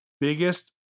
biggest